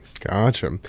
Gotcha